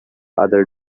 other